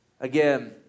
Again